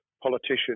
politician